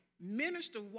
minister